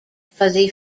fuzzy